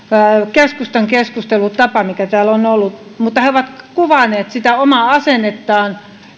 keskustan keskustelutapa mikä täällä on ollut he ovat kuvanneet sitä omaa asennettaan